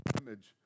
image